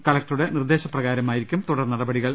കലക്ടറുടെ നിർദേശ പ്രകാരമായിരിക്കും തുടർ നടപടികൾ